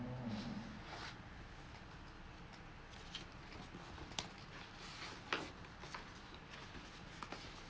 well